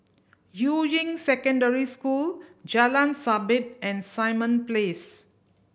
Yuying Secondary School Jalan Sabit and Simon Place